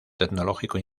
tecnológico